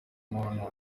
muntu